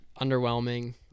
underwhelming